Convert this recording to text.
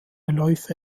läufe